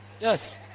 yes